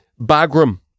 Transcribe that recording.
Bagram